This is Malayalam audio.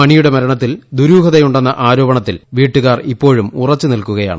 മണിയുടെ മരണത്തിൽ ദുരൂഹതയുണ്ടെന്ന ആരോപണത്തിൽ വീട്ടുകാർ ഇപ്പോഴും ഉറച്ചുനിൽക്കുകയാണ്